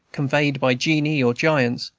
convoyed by genii or giants,